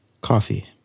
Coffee